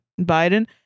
Biden